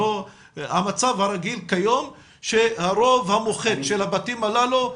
המצב הרגיל כיום שהרוב המחוץ של הבתים הללו,